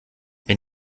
wenn